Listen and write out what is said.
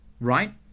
right